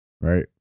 Right